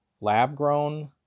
lab-grown